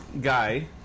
guy